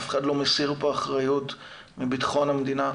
אף אחד לא מסיר פה אחריות מביטחון המדינה,